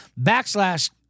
backslash